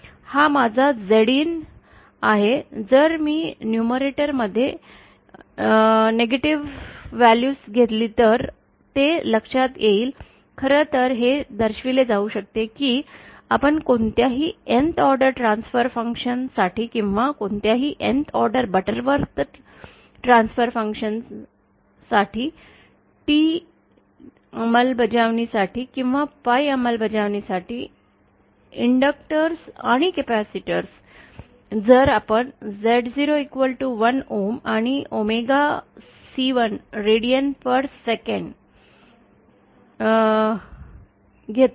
हा माझा Zin आहे जर मी न्यूमरेटर मध्ये नकारात्मक मूल्य घेतले असते तर ते लक्षात येईल खरं हे दर्शविले जाऊ शकते की आपण कोणत्याही Nth ऑर्डर ट्रान्सफर फंक्शन साठी किंवा कोणत्याही Nth order Butterworth prototype transfer function साठी T अंमलबजावणीसाठी किंवा Pi अंमलबजावणीसाठी इंडक्टर्स आणि कॅपेसिटर जर आपण Z0 1 ओहम आणि ओमेगा C1 रेडियन प्रति सेकंद घेतो